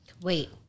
Wait